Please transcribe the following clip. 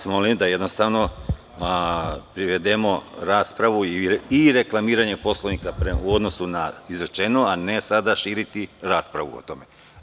Molim vas da privedemo raspravu i reklamiranje Poslovnika u odnosu na izrečeno, a ne sada širiti raspravu o tome.